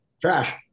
Trash